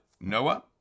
Noah